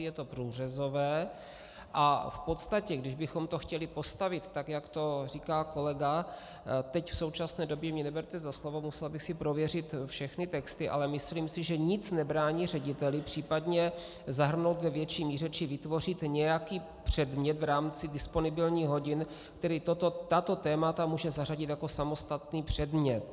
Je to průřezové a v podstatě kdybychom to chtěli postavit tak, jak to říká kolega, teď v současné době mě neberte za slovo, musel bych si prověřit všechny texty, ale myslím, že nic nebrání řediteli případně zahrnout ve větší míře či vytvořit nějaký předmět v rámci disponibilních hodin, který tato témata může zařadit jako samostatný předmět.